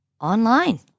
online